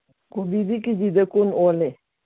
ꯀꯣꯕꯤꯗꯤ ꯀꯦ ꯖꯤꯗ ꯀꯨꯟ ꯑꯣꯜꯂꯦ